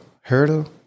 hurdle